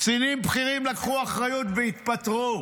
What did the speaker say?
קצינים בכירים לקחו אחריות והתפטרו,